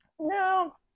no